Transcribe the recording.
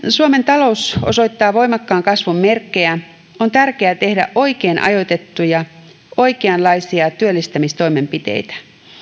suomen talous osoittaa voimakkaan kasvun merkkejä on tärkeää tehdä oikein ajoitettuja oikeanlaisia työllistämistoimenpiteitä